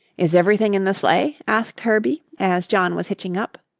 is everything in the sleigh? asked herbie, as john was hitching up.